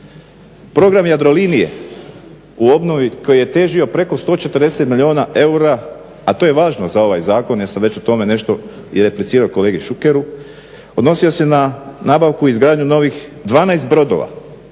Program Jadrolinije u obnovi koji je težio preko 140 milijuna eura, a to je važno za ovaj zakon jer sam već o tome nešto i replicirao kolegi Šukeru, odnosio se na nabavku i izgradnju novih 12 brodova.